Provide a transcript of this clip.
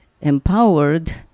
empowered